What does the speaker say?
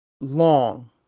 long